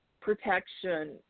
protection